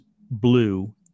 blue